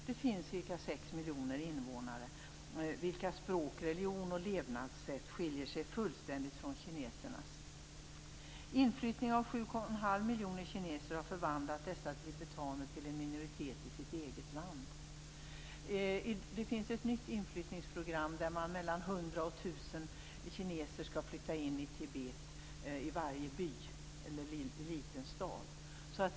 Det finns ca 6 miljoner invånare, vilkas språk, religion och levnadssätt skiljer sig fullständigt från kinesernas. Inflyttning av sju och en halv miljon kineser har förvandlat tibetanerna till en minoritet i sitt eget land. Det finns ett nytt inflyttningsprogram där 100-1 000 kineser skall flytta in i Tibet i varje by eller liten stad.